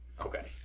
Okay